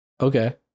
Okay